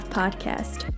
podcast